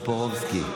טופורובסקי,